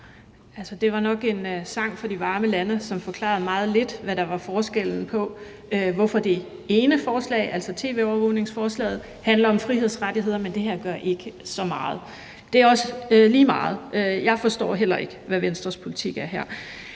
Det var nok en sang fra de varme lande, som forklarede meget lidt, hvorfor det ene forslag, altså tv-overvågningsforslaget, handler om frihedsrettigheder, men at det her ikke gør det så meget. Det er også lige meget. Jeg forstår heller ikke, hvad Venstres politik er her.